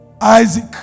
Isaac